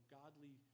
godly